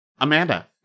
Amanda